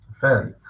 fairly